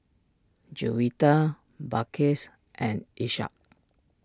Juwita Balqis and Ishak